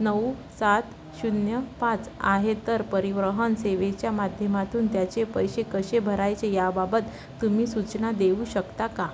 नऊ सात शून्य पाच आहेत तर परिवहन सेवेच्या माध्यमातून त्याचे पैसे कसे भरायचे याबाबत तुम्ही सूचना देऊ शकता का